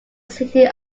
city